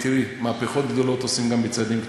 תראי, מהפכות גדולות עושים גם בצעדים קטנים,